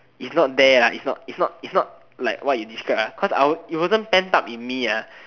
it's not there lah it's not it's not it's not like what you describe ah cause I it wasn't pent up in me ah